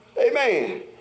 Amen